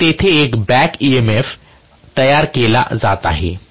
तर तेथे एक बॅक इएमएफ तयार केला जात आहे